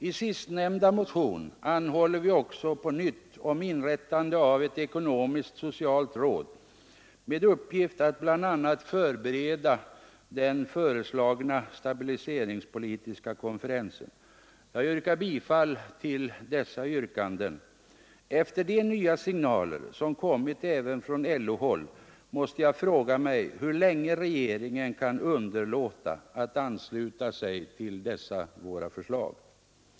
I sistnämnda motion anhåller vi också på nytt om inrättande av ett ekonomiskt-socialt råd med uppgift att bl.a. förbereda den föreslagna stabiliseringspolitiska konferensen. Jag hemställer om bifall till dessa yrkanden. Efter de nya signaler som kommit även från LO-håll måste jag fråga mig hur länge regeringen kan underlåta att ansluta sig till dessa våra förslag.